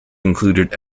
included